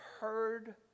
heard